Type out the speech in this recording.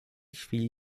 chwili